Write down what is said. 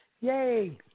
Yay